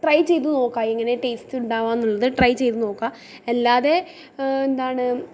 try ചെയ്ത് നോക്കാൻ എങ്ങനെയാണ് ടേസ്റ്റ്ണ്ടാവാന്നുള്ളത് ട്രൈ ചെയ്ത് നോക്കാം അല്ലാതെ എന്താണ്